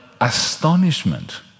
astonishment